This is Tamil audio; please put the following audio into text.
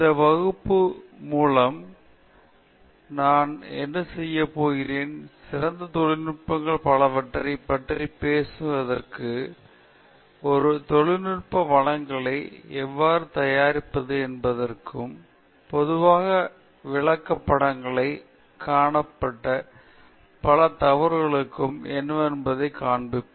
இந்த வகுப்பு மூலம் நான் என்ன செய்ய போகிறேன் சிறந்த தொழில்நுட்பங்கள் பலவற்றைப் பற்றி பேசுவதற்கும் ஒரு தொழிநுட்ப வழங்கலை எவ்வாறு தயாரிப்பது என்பதற்கும் பொதுவாக விளக்கப்படங்களில் காணப்பட்ட பல தவறுகளுக்கும் என்னவென்பதைக் காண்பிக்கும்